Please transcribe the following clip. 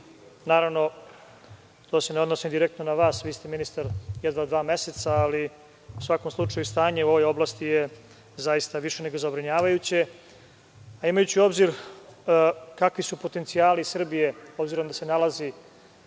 zemlju. To se ne odnosi direktno na vas, vi ste ministar jedva dva meseca, ali u svakom slučaju, stanje u ovoj oblasti je zaista više nego zabrinjavajuće. Imajući u obzir kakvi su potencijali Srbije, obzirom da se nalazi